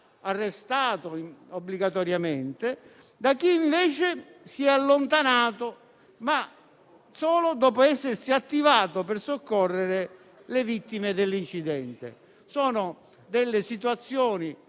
arrestato obbligatoriamente da quelli di chi, invece, si è allontanato ma solo dopo essersi attivato per soccorrere le vittime dell'incidente. Sono delle situazioni